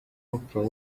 oprah